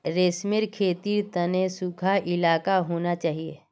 रेशमेर खेतीर तने सुखा इलाका होना चाहिए